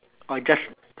or just